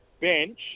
bench